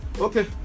Okay